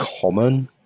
common